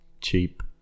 cheap